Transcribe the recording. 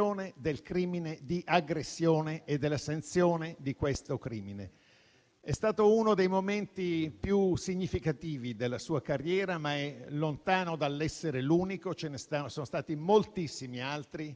ucraina) del crimine di aggressione e della sanzione di questo crimine. È stato uno dei momenti più significativi della sua carriera, ma è lontano dall'essere l'unico, ce ne sono stati moltissimi altri.